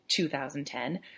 2010